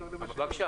בבקשה.